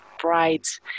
bright